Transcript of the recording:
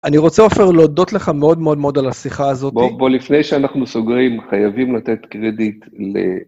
אני רוצה אפילו להודות לך מאוד מאוד מאוד על השיחה הזאת. בוא, בוא, לפני שאנחנו סוגרים, חייבים לתת קרדיט ל...